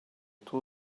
two